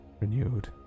Renewed